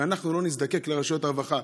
שאנחנו לא נזדקק לרשויות הרווחה,